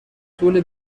طول